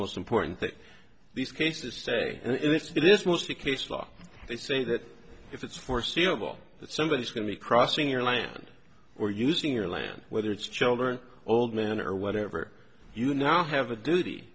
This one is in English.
most important thing these cases say and if this was the case law they say that if it's foreseeable that somebody is going to be crossing your land or using your land whether it's children old man or whatever you now have a duty